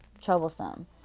troublesome